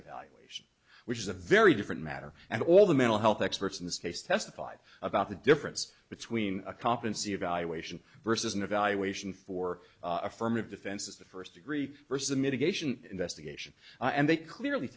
evaluation which is a very matter and all the mental health experts in this case testified about the difference between a competency evaluation versus an evaluation for affirmative defenses the first degree versus the mitigation investigation and they clearly